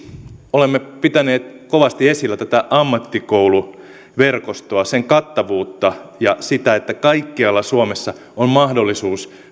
olemme pitäneet kovasti esillä tätä ammattikouluverkostoa sen kattavuutta ja sitä että kaikkialla suomessa on mahdollisuus